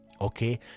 okay